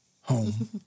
home